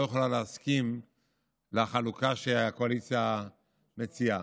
יכולה להסכים לחלוקה שהקואליציה מציעה.